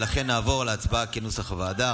ולכן נעבור להצבעה כנוסח הוועדה.